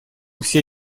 все